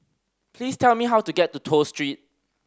please tell me how to get to Toh Street